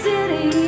City